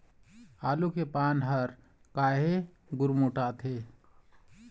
आलू के पान हर काहे गुरमुटाथे?